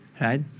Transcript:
right